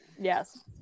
Yes